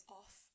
off